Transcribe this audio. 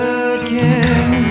again